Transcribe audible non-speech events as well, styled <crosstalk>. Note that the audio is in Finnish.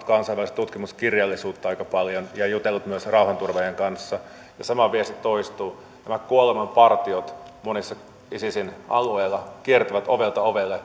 <unintelligible> kansainvälistä tutkimuskirjallisuutta aika paljon ja jutellut myös rauhanturvaajien kanssa ja sama viesti toistuu nämä kuolemanpartiot monilla isisin alueilla kiertävät ovelta ovelle